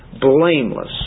blameless